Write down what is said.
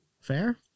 fair